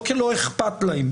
לא כי לא אכפת להם.